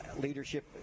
leadership